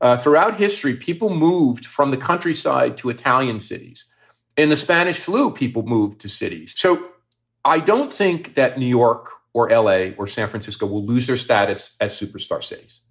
ah throughout history, people moved from the countryside to italian cities in the spanish flu. people move to cities. so i don't think that new york or l a. or san francisco will lose their status as a superstar cities.